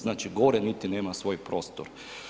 Znači gore niti nema svoj prostor.